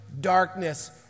darkness